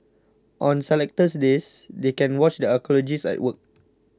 on selected days they can watch the archaeologists at work